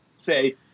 say